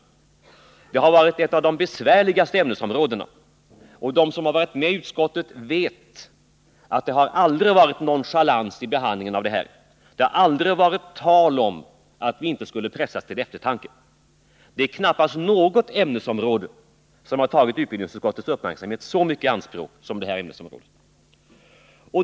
Det har varit ett av de besvärligaste ämnesområdena, och de som har varit med i utskottet vet att det aldrig har förekommit nonchalans vid behandlingen av dessa frågor, att det aldrig har varit tal om att vi inte skulle pressas till eftertanke. Det är knappast något ämnesområde som i så stor utsträckning har tagit utbildningsutskottets uppmärksamhet i anspråk som just detta ämnesområde.